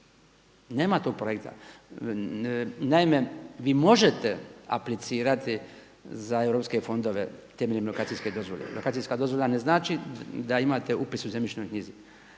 Nema tu projekta. Naime, vi možete aplicirati za europske fondove temeljem lokacijske dozvole. Lokacijska dozvola ne znači da imate upis u zemljišnoj knjizi